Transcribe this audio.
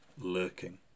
lurking